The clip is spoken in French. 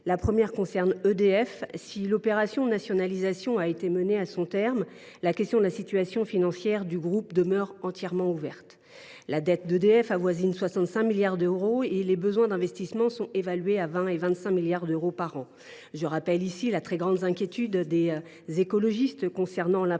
La première concerne EDF. Si l’opération de nationalisation a été menée à son terme, la question de la situation financière du groupe demeure entièrement ouverte. Sa dette avoisine 65 milliards d’euros et ses besoins d’investissement sont évalués entre 20 et 25 milliards d’euros par an. Je tiens à rappeler la très grande inquiétude des écologistes sur l’impasse